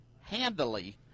handily